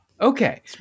Okay